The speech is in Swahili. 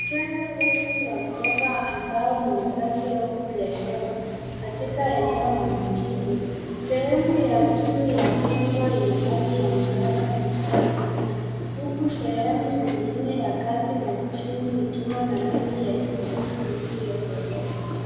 Jengo refu la ghorofa ambalo ni makazi au biashara katika eneo la mjini. Sehemu ya juu ya jengo ina rangi ya njano inayong'aa huku sehemu nyingi ya kati na chini ikiwa na rangi ya kijivu isiyo kolea.